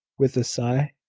with a sigh.